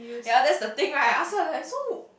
ya that's the thing right I ask her so